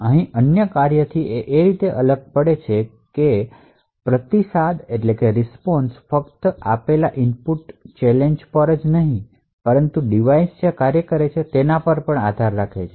જો કે તે અન્ય કાર્યોથી અલગ રીત એ છે કે રીસ્પોન્શ ફક્ત આપેલા ઇનપુટ ચેલેન્જ પર જ નહીં પણ ડિવાઇસ જ્યાં કાર્ય કરે છે તેના પર પણ આધાર રાખે છે